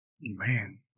Man